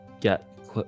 get